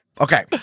okay